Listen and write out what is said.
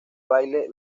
baile